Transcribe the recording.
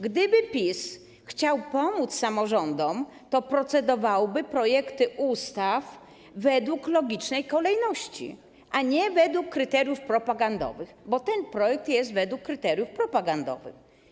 Gdyby PiS chciał pomóc samorządom, to procedowałby projekty ustaw według logicznej kolejności, a nie według kryteriów propagandowych - bo ten projekt jest procedowany według kryteriów propagandowych.